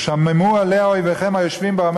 "ושממו עליה איביכם היושבים בה",